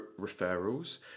referrals